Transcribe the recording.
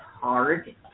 hard